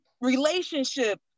relationship